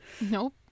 nope